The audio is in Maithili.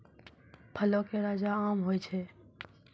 फलो के राजा आम होय छै